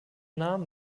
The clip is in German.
namen